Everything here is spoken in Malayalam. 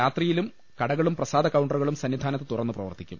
രാത്രിയിലും കടകളും പ്രസാദ കൌണ്ടറുകളും സന്നിധാനത്ത് തുറന്ന് പ്രവർത്തിക്കും